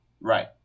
Right